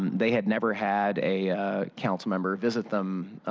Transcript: they had never had a councilmember visit them,